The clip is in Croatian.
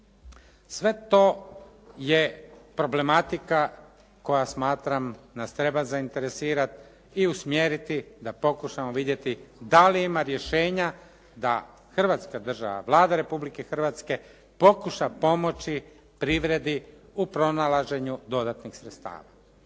Sve to je problematika koja smatram nas treba zainteresirati i usmjeriti da pokušamo vidjeti da li ima rješenja da Hrvatska država, Vlada Republike Hrvatske pokuša pomoći privredi u pronalaženju dodatnih sredstava.